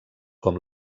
com